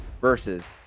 versus